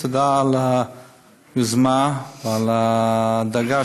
תודה על היוזמה ועל הדאגה,